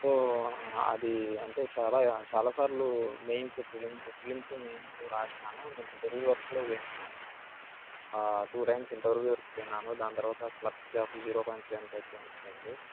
so అది అంటే చాలా చాలా సార్లు మెయిన్స్ ప్రిలిమ్స్ ప్రిలిమ్స్ మెయిన్స్ రాసాను నేను ఇంటర్వ్యూ వరకు కూడా పోయినాను టూ టైమ్స్ ఇంటర్వ్యూ వరకు పోయినాను దాని తర్వాత clerk job zero point seven పాయింట్స్తో మిస్ అయ్యింది